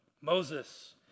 Moses